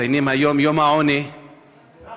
גם